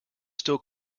still